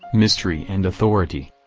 mystery and authority.